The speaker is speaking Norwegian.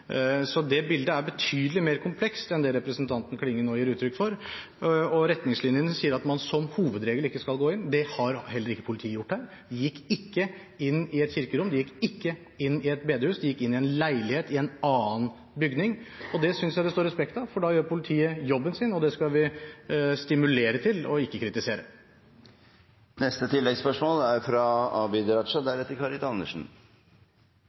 Så det bildet er betydelig mer komplekst enn det representanten Klinge nå gir uttrykk for. Retningslinjene sier at man som hovedregel ikke skal gå inn. Det har heller ikke politiet gjort her. De gikk ikke inn i et kirkerom, de gikk ikke inn i et bedehus. De gikk inn i en leilighet i en annen bygning. Det synes jeg det står respekt av, for da gjør politiet jobben sin, og det skal vi stimulere til og ikke